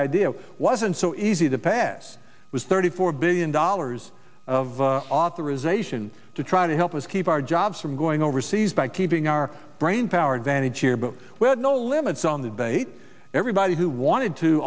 idea wasn't so easy the pass was thirty four billion dollars of authorization to try to help us keep our jobs from going overseas by keeping our brainpower advantage here but we had no limits on the debate everybody who wanted to